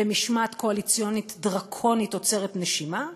במשמעת קואליציונית דרקונית עוצרת נשימה.